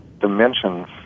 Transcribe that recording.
dimensions